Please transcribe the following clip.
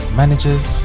managers